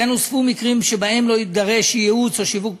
כן הוספו מקרים שבהם לא יידרש ייעוץ או שיווק פנסיוני,